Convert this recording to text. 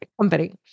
company